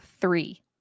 three